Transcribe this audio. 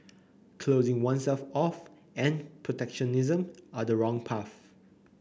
closing oneself off and protectionism are the wrong path